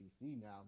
now